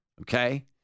Okay